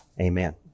Amen